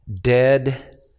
dead